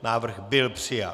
Návrh byl přijat.